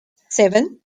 seven